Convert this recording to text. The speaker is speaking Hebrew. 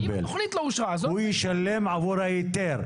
הוא ישלם עבור ההיתר.